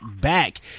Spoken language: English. back